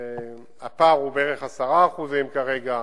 הפער הוא בערך 10% כרגע,